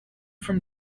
from